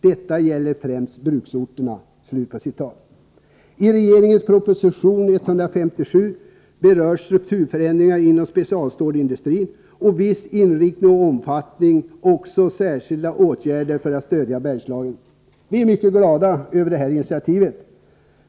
Detta gäller främst bruksorterna.” Regeringens proposition 1983/84:157, som berör strukturförändringarna inom specialstålsindustrin och dess inriktning, omfattar också de särskilda åtgärderna för att stödja Bergslagen. Vi är mycket glada över detta initiativ.